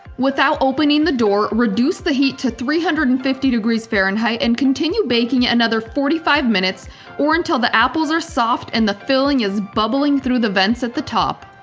without opening the door, reduce the heat to three hundred and fifty degrees fahrenheit and continue baking another forty five minutes or until the apples are soft and the filling is bubbling through the vents at the top.